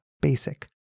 basic